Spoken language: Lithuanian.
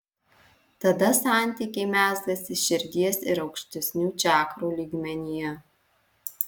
tada santykiai mezgasi širdies ir aukštesnių čakrų lygmenyje